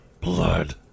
Blood